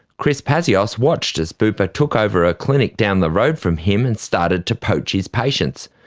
chris pazios watched as bupa took over a clinic down the road from him, and started to poach his patients.